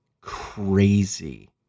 crazy